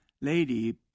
lady